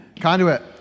Conduit